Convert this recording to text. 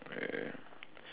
uh